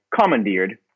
commandeered